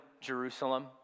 Jerusalem